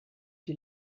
die